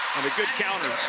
a good counter